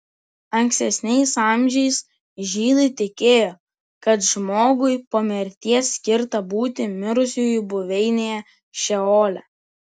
ankstesniais amžiais žydai tikėjo kad žmogui po mirties skirta būti mirusiųjų buveinėje šeole